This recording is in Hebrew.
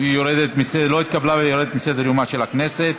לא התקבלה, והיא יורדת מסדר-יומה של הכנסת.